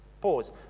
Pause